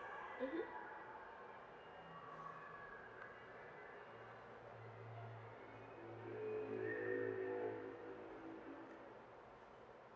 mmhmm